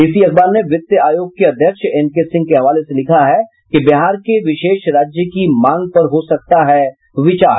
इसी अखबार ने वित्त आयोग के अध्यक्ष एनकेसिंह के हवाले से लिखा है कि बिहार के विशेष राज्य की मांग पर हो सकता है विचार